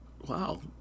Wow